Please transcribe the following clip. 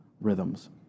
rhythms